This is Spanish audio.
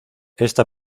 esta